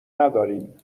نداریم